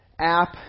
App